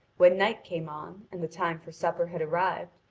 when night came on, and the time for supper had arrived.